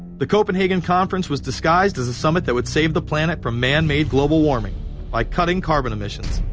the copenhagen conference was disguised as a summit that would save the planet from man-made global warming by cutting carbon emissions.